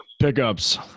Pickups